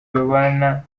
babana